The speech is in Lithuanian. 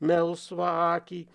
melsvą akį